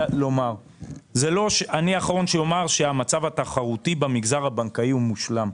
אני האחרון שאומר שהמצב התחרותי במגזר הבנקאי הוא מושלם,